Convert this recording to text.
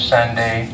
Sunday